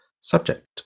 subject